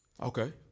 Okay